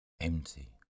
Empty